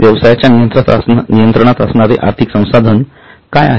व्यवसायाच्या नियंत्रणात असणारे आर्थिक संसाधन काय आहेत